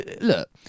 look